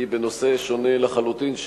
השאלה היא בנושא שונה לחלוטין,